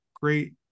great